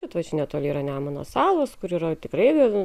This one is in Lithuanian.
vis tiek netoli yra nemuno salos kur yra tikrai